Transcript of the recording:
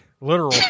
literal